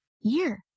year